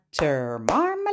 marmalade